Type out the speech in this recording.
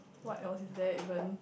what else is there even